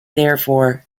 therefore